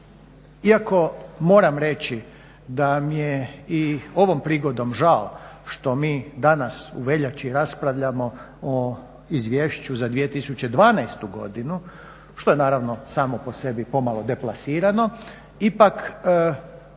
iako moram reći da mi je i ovom prigodom žao što mi danas u veljači raspravljamo o izvješću za 2012.godinu, što je naravno samo po sebi pomalo deplasirano, ipak